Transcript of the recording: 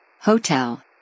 Hotel